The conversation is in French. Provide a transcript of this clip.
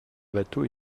bateaux